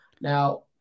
now